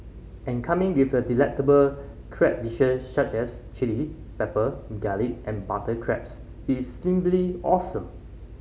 and coming with a delectable crab dishes such as chilli pepper garlic and butter crabs its simply awesome